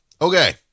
Okay